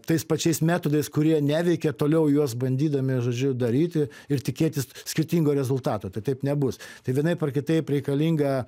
tais pačiais metodais kurie neveikia toliau juos bandydami žodžiu daryti ir tikėtis skirtingo rezultato tai taip nebus tai vienaip ar kitaip reikalinga